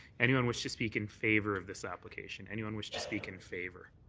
anyone wish to speak in favour of this application? anyone wish to speak in favour?